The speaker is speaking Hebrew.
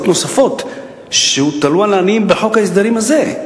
נוספות שהוטלו על העניים בחוק ההסדרים הזה.